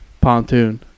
pontoon